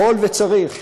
יכול וצריך.